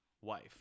wife